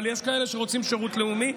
אבל יש כאלה שרוצים שירות לאומי,